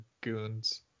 goons